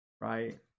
right